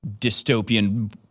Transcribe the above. dystopian